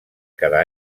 cada